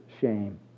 shame